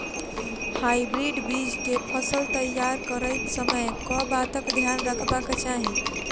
Hybrid बीज केँ फसल तैयार करैत समय कऽ बातक ध्यान रखबाक चाहि?